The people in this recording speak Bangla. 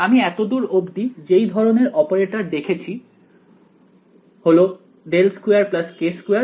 আমি এতদূর অবধি যেই ধরনের অপারেটর দেখেছি তা হল ∇2 k2 ডিফারেন্সিয়াল অপারেটর